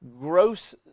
gross